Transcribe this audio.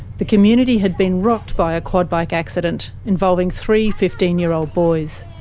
the community had been rocked by a quad bike accident involving three fifteen year old boys.